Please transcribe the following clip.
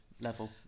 level